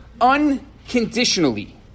unconditionally